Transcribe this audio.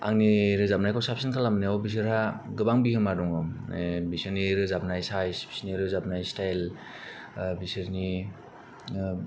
आंनि रोजाबनायखौ साबसिन खालामनायाव बिसोरहा गोबां बिहोमा दङ माने बिसोरनि रोजाबनाय साइस बिसोरनो रोजाबनाय स्टाइल बिसोरनि ओ